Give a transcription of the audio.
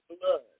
blood